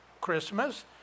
Christmas